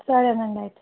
సరేనండైతే